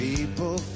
People